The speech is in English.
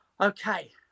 okay